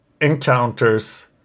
encounters